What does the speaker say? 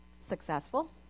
Successful